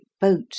boat